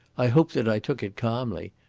i hope that i took it calmly,